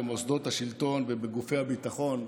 במוסדות השלטון ובגופי הביטחון.